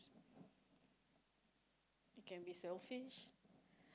it can be selfish